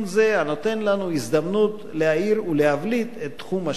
הנותן לנו הזדמנות להאיר ולהבליט את תחום השלטון המקומי.